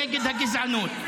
נגד הגזענות.